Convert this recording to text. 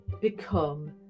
become